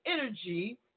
energy